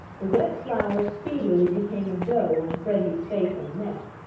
the wet flour speedily became a dough on freddie's face and neck,